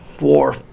war